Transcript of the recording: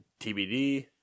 TBD